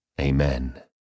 Amen